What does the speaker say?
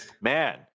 Man